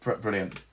Brilliant